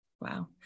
Wow